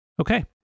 Okay